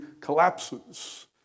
collapses